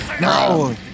no